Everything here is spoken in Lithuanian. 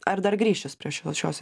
ar dar grįš jis prie šitos šios